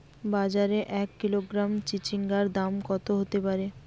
বাজারে এক কিলোগ্রাম চিচিঙ্গার দাম কত হতে পারে?